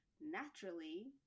naturally